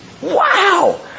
wow